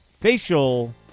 facial